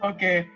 Okay